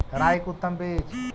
राई के उतम बिज?